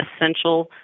essential